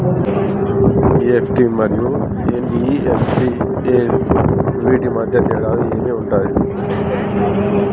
EFT మరియు NEFT వీటి మధ్య తేడాలు ఏమి ఉంటాయి?